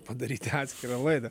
padaryti atskirą laidą